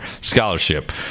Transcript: scholarship